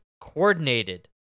coordinated